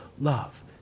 love